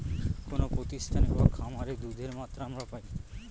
কোনো প্রতিষ্ঠানে বা খামারে দুধের মাত্রা আমরা পাই